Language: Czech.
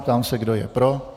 Ptám se, kdo je pro.